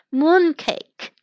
mooncake